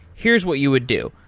here's what you would do.